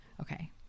okay